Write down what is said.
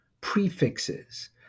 prefixes